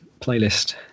playlist